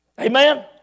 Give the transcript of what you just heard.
Amen